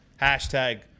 hashtag